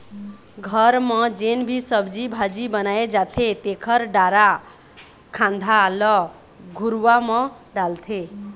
घर म जेन भी सब्जी भाजी बनाए जाथे तेखर डारा खांधा ल घुरूवा म डालथे